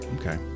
Okay